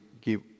give